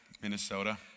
Minnesota